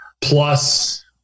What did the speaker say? Plus